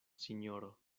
sinjoro